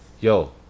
yo